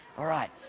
all right.